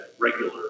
regular